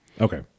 Okay